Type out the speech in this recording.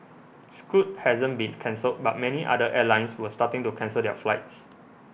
Scoot hasn't been cancelled but many other airlines were starting to cancel their flights